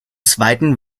zweiten